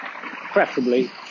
Preferably